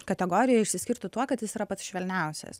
kategorijoj išsiskirtų tuo kad jis yra pats švelniausias